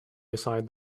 beside